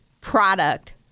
product